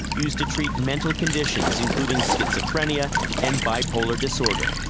used to treat mental conditions, including schizophrenia and bipolar disorder.